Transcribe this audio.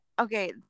Okay